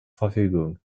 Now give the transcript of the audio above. verfügung